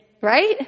Right